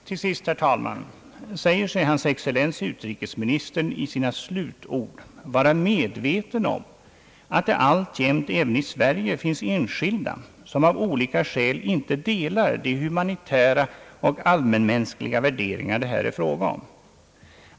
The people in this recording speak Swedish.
Till sist, herr talman, säger sig hans excellens utrikesministern i sina slutord vara medveten om att det alltjämt, även i Sverige, finns enskilda som av olika skäl inte delar de humanitära och allmänmänskliga värderingar det här är fråga om.